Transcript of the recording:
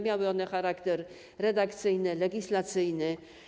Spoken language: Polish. Miały one charakter redakcyjny, legislacyjny.